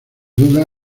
duda